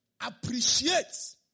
Appreciates